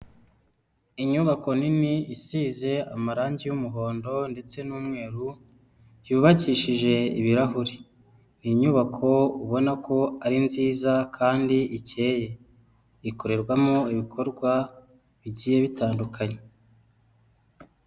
Inyubako nini isize amarangi y'umuhondo ndetse n'umweru, yubakishije ibirahuri. Ni inyubako ubona ko ari nziza kandi ikeye, ikorerwamo ibikorwa bigiye bitandukanye.